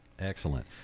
Excellent